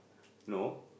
no